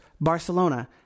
Barcelona